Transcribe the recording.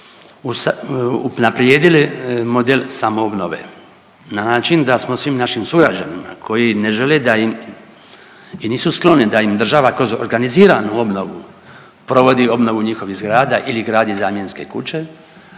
unaprijedili model samoobnove na način da smo svim naši sugrađanima koji ne žele da im i nisu skloni da im država kroz organiziranu obnovu provodi obnovu njihovih zgrada ili gradi zamjenske kuće,